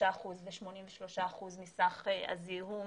ל-73% ו-83% מסך הזיהום